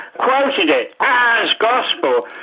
quoted it as gospel,